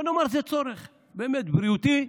בואו נאמר שזה צורך באמת בריאותי,